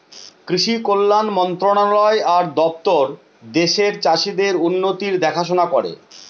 কৃষি কল্যাণ মন্ত্রণালয় আর দপ্তর দেশের চাষীদের উন্নতির দেখাশোনা করে